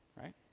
right